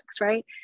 right